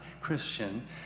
Christian